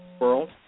world